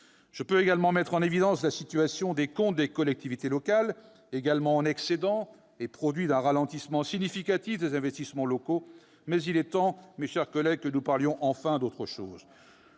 Je pourrais également évoquer la situation des comptes des collectivités locales, eux aussi en excédent en raison d'un ralentissement significatif des investissements locaux, mais il est temps, mes chers collègues, que nous parlions enfin d'autre chose.